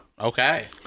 Okay